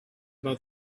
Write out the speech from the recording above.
about